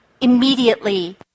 immediately